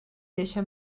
deixa